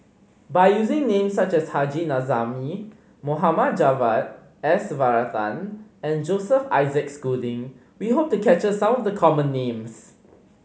by using names such as Haji Namazie Mohd Javad S Varathan and Joseph Isaac Schooling we hope to capture some of the common names